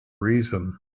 reason